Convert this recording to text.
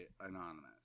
Anonymous